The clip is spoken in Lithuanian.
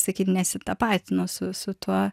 sakyt nesitapatinu su su tuo